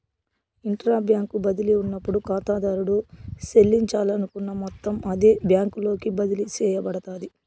intra bank బదిలీ ఉన్నప్పుడు కాతాదారుడు సెల్లించాలనుకున్న మొత్తం అదే బ్యాంకులోకి బదిలీ సేయబడతాది